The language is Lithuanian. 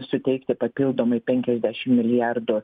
suteikti papildomai penkiasdešim milijardų